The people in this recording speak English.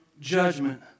judgment